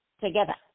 together